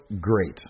great